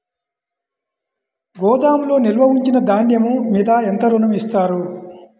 గోదాములో నిల్వ ఉంచిన ధాన్యము మీద ఎంత ఋణం ఇస్తారు?